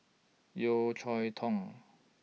Yeo Cheow Tong